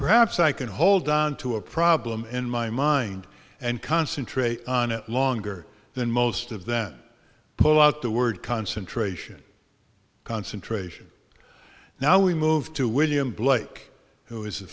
perhaps i can hold on to a problem in my mind and concentrate on it longer than most of then pull out the word concentration concentration now we move to william blake who is a